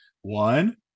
one